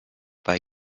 bei